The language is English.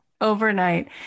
overnight